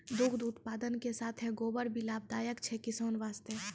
दुग्ध उत्पादन के साथॅ गोबर भी लाभदायक छै किसान वास्तॅ